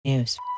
news